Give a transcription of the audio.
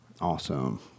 Awesome